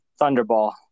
Thunderball